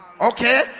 okay